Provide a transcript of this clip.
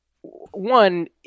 one